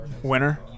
Winner